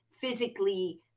physically